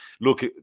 Look